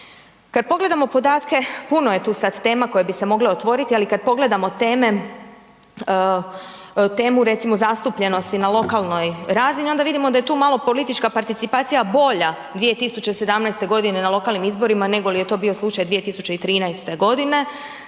Kad pogledamo podatke puno je sad tu tema koje bi se mogle otvoriti, ali kad pogledamo teme, temu recimo zastupljenosti na lokalnoj razini onda vidimo da je tu malo politička participacija bolja 2017. godine na lokalnim izborima negoli je to bio slučaj 2013. godine.